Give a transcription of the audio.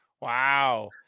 Wow